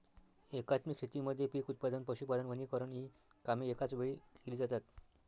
एकात्मिक शेतीमध्ये पीक उत्पादन, पशुपालन, वनीकरण इ कामे एकाच वेळी केली जातात